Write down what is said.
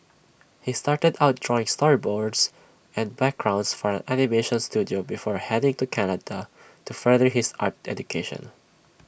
he started out drawing storyboards and backgrounds for an animation Studio before heading to Canada to further his art education